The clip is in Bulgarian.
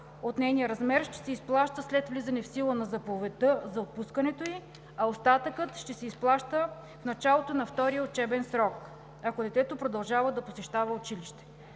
от нейния размер ще се изплаща след влизане в сила на заповедта за отпускането ѝ, а остатъкът ще се изплаща в началото на втория учебен срок, ако детето продължава да посещава училище.